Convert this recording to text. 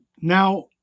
Now